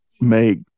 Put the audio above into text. make